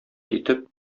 итеп